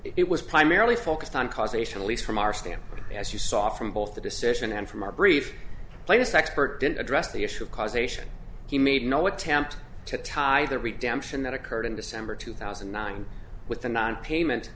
it was primarily focused on causation at least from our standpoint as you saw from both the decision and from our brief latest expert didn't address the issue of causation he made no attempt to tie the redemption that occurred in december two thousand and nine with the nonpayment